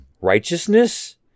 righteousness